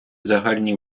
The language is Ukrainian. загальні